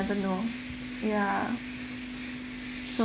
know ya so